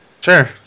sure